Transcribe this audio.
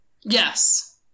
yes